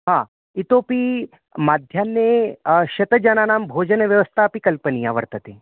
हा इतोपि मध्याह्ने शतं जनानां भोजनव्यवस्थापि कल्पनीया वर्तते